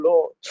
Lord